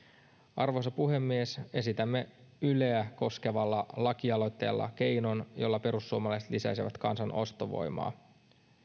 arvoisa puhemies esitämme yleä koskevalla lakialoitteella keinon jolla perussuomalaiset lisäisivät kansan ostovoimaa